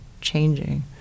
changing